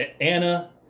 Anna